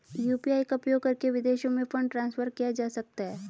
UPI का उपयोग करके विदेशों में फंड ट्रांसफर किया जा सकता है?